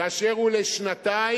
כאשר הוא לשנתיים,